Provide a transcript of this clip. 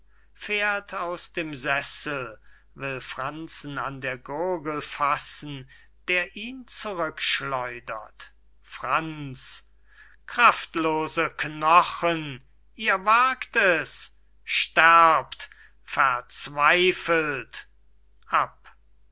fährt aus dem sessel will franzen an der gurgel fassen der ihn zurück schleudert franz kraftlose knochen ihr wagt es sterbt verzweifelt